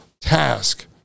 task